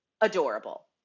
adorable